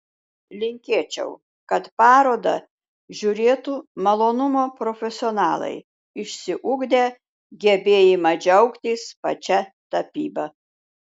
linkėčiau kad parodą žiūrėtų malonumo profesionalai išsiugdę gebėjimą džiaugtis pačia tapyba